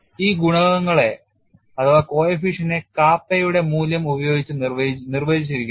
ഈ ഗുണകങ്ങളെ kappa യുടെ മൂല്യം ഉപയോഗിച്ച് നിർവചിച്ചിരിക്കുന്നു